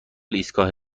ایستگاه